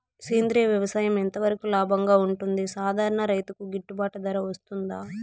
సేంద్రియ వ్యవసాయం ఎంత వరకు లాభంగా ఉంటుంది, సాధారణ రైతుకు గిట్టుబాటు ధర వస్తుందా?